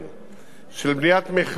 מעט צפונית ללהבים,